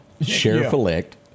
Sheriff-elect